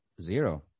zero